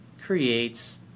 creates